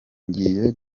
ngiye